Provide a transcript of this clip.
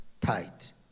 Tight